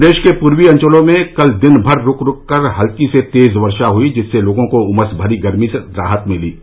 प्रदेश के पूर्वी अंचलों में कल दिन भर रूक रूक कर हल्की से तेज वर्षा हयी जिससे लोगों को उमस भरी गर्मी से राहत मिली है